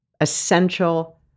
essential